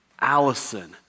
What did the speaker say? Allison